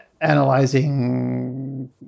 analyzing